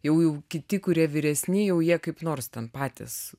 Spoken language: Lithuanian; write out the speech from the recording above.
jau jau kiti kurie vyresni jau jie kaip nors ten patys